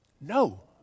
No